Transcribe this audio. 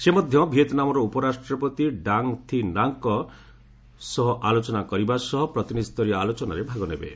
ସେ ମଧ୍ୟ ଭିଏତମନାମର ଉପରାଷ୍ଟ୍ରପତି ଡାଙ୍ଗ ଥି ନାଗକ ଥିଲୁଶଭ୍କ ସହ ଆଲୋଚନା କରିବା ସହ ପ୍ରତିନିଧିସ୍ତରୀୟ ଆଲୋଚନାରେ ଭାଷଣ ଦେବେ